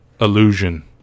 illusion